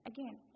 Again